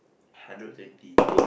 hundred twenty